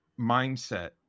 mindset